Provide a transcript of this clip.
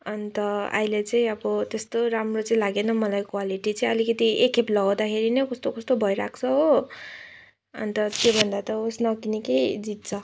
अन्त अहिले चाहिँ अब त्यस्तो राम्रो चाहिँ लागेन मलाई क्वालिटी चाहिँ अलिकति एकखेप लगाउँदाखेरि नै कस्तो कस्तो भइरहेको छ हो अन्त त्योभन्दा त होस् नकिनेकै जित्छ